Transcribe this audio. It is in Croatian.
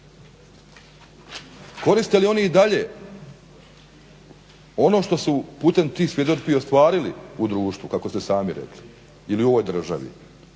Koriste li oni i dalje ono što su putem tih svjedodžbi ostvarili u društvu kako ste sami rekli ili u ovoj državi.